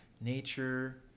Nature